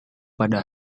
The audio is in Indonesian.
pada